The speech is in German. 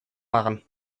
machen